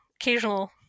occasional